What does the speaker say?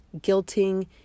guilting